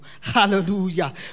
Hallelujah